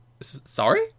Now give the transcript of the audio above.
sorry